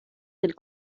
del